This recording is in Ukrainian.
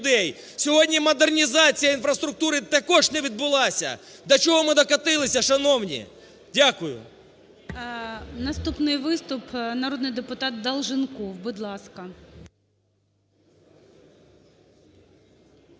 Сьогодні модернізація інфраструктури також не відбулася. До чого ми докотилися, шановні?! Дякую. ГОЛОВУЮЧИЙ. Наступний виступ – народний депутат Долженков. Будь ласка.